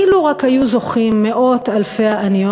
אילו רק היו זוכים מאות-אלפי העניות